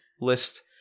list